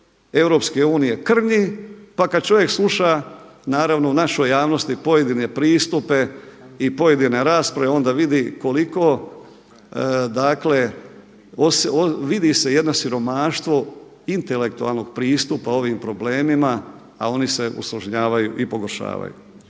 Europske unije krnji. Pa kada čovjek sluša naravno u našoj javnosti pojedine pristupe i pojedine rasprave, onda vidi koliko, dakle vidi se jedno siromaštvo intelektualnog pristupa ovim problemima, a oni se usložnjavaju i pogoršavaju.